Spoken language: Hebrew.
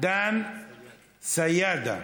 דן סידה.